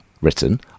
written